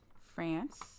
France